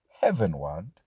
heavenward